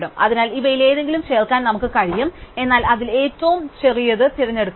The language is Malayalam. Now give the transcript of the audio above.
അതിനാൽ ഇവയിലേതെങ്കിലും ചേർക്കാൻ നമുക്ക് കഴിയും എന്നാൽ അതിൽ ഏറ്റവും ചെറിയത് തിരഞ്ഞെടുക്കുന്നു